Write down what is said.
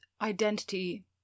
identity